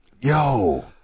Yo